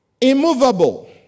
immovable